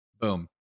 boom